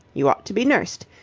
you ought to be nursed.